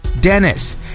Dennis